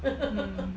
mm